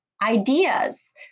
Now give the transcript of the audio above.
Ideas